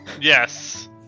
Yes